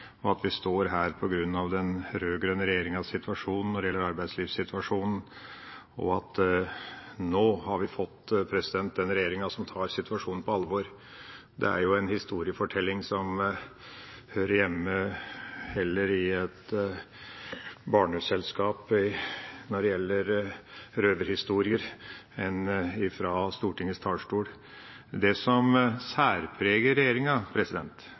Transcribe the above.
at vi står her på grunn av den rød-grønne regjeringa når det gjelder arbeidslivssituasjonen, og at nå har vi fått den regjeringa som tar situasjonen på alvor. Det er en historiefortelling som heller hører hjemme i et barneselskap når det gjelder røverhistorier, enn på Stortingets talerstol. Det som særpreger regjeringa,